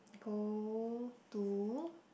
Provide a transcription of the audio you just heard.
go to